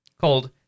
called